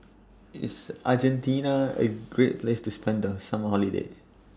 IS Argentina A Great Place to spend The Summer Holiday